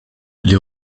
les